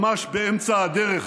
ממש באמצע הדרך